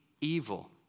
evil